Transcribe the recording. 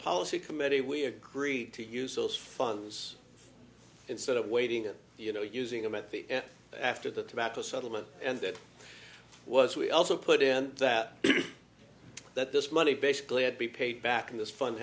policy committee we agreed to use those funds instead of waiting you know using them at the after the back to settlement and that was we also put in that that this money basically had be paid back in this fun